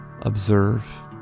observe